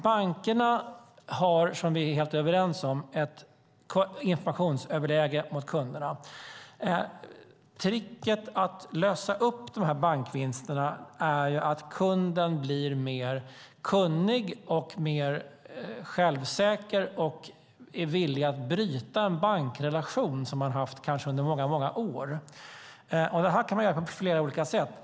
Bankerna har alltså, som vi är helt överens om, ett informationsöverläge gentemot kunderna. Tricket att lösa upp de här bankvinsterna är ju att kunden blir mer kunnig och mer självsäker och är villig att bryta en bankrelation som han kanske har haft under många år. Det här kan man göra på flera olika sätt.